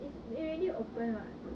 it's it already open [what]